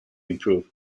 improve